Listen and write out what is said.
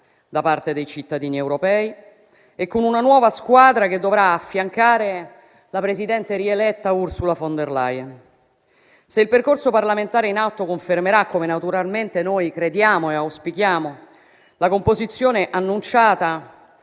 da parte dei cittadini europei e con una nuova squadra che dovrà affiancare la presidente rieletta Ursula von der Leyen. Se il percorso parlamentare in atto confermerà, come naturalmente noi crediamo e auspichiamo, la composizione annunciata,